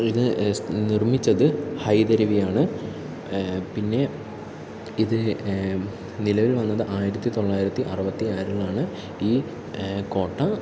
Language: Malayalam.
ഇത് നിർമ്മിച്ചത് ഹൈദരവി ആണ് പിന്നെ ഇത് നിലവിൽ വന്നത് ആയിരത്തിത്തൊള്ളായിരത്തി അറുപത്തി ആറിൽ ആണ് ഈ കോട്ട